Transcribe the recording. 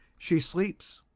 she sleeps.